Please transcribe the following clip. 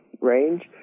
range